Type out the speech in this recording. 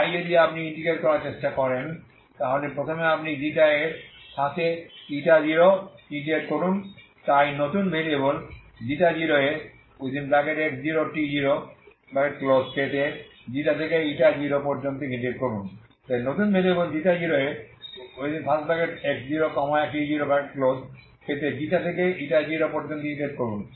তাই যদি আপনি ইন্টিগ্রেট করার চেষ্টা করেন তাহলে প্রথমে আপনি প্রথমে এর সাথে0 ইন্টিগ্রেট করুন তাই নতুন ভেরিয়েবল 0এ x0 t0 পেতে ξ থেকে 0 পর্যন্ত ইন্টিগ্রেট করুন তাই নতুন ভেরিয়েবল 0এ x0 t0 পেতে ξ থেকে 0 পর্যন্ত ইন্টিগ্রেট করুন